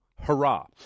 Hurrah